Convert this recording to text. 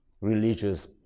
religious